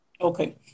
okay